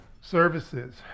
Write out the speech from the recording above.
Services